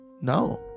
No